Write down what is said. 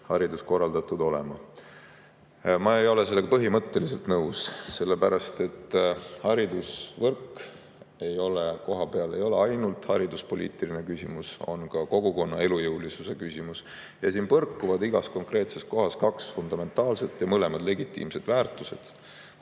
haridus korraldatud olema. Ma ei ole sellega põhimõtteliselt nõus, sellepärast et haridusvõrk ei ole kohapeal ainult hariduspoliitiline küsimus, see on ka kogukonna elujõulisuse küsimus. Ja siin põrkuvad igas konkreetses kohas kaks fundamentaalset väärtust – mõlemad on legitiimsed –,